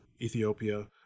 Ethiopia